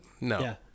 No